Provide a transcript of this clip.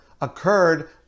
occurred